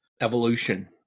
evolution